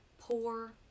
poor